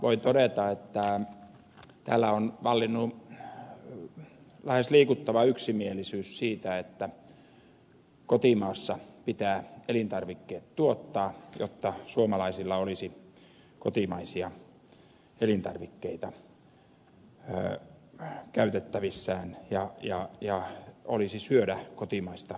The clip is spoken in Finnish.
voin todeta että täällä on vallinnut lähes liikuttava yksimielisyys siitä että kotimaassa pitää elintarvikkeet tuottaa jotta suomalaisilla olisi kotimaisia elintarvikkeita käytettävissään ja olisi syödä kotimaista ruokaa